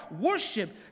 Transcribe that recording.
Worship